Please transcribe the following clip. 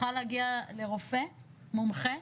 צריכה להגיע לרופא מומחה,